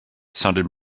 sounded